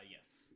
Yes